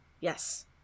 Yes